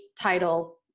title